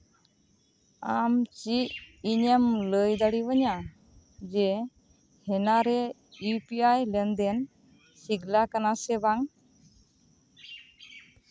ᱟᱢ ᱪᱮᱫ ᱤᱧᱮᱢ ᱞᱟᱹᱭ ᱫᱟᱲᱮᱭᱟᱹᱧᱼᱟ ᱡᱮ ᱦᱮᱱᱟᱨᱮ ᱤᱭᱩ ᱯᱤ ᱟᱭ ᱞᱮᱱᱫᱮᱱ ᱥᱤᱜᱤᱞ ᱟᱠᱟᱱᱟ ᱥᱮ ᱵᱟᱝ